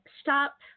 stop